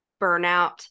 burnout